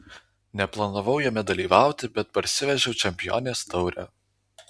neplanavau jame dalyvauti bet parsivežiau čempionės taurę